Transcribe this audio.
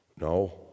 No